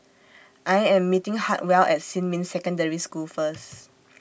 I Am meeting Hartwell At Xinmin Secondary School First